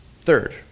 Third